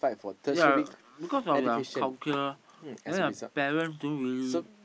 ya because of their culture then their parents don't really